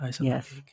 Yes